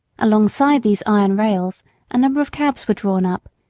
alongside these iron rails a number of cabs were drawn up,